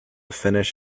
finish